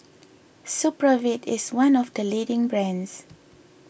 Supravit is one of the leading brands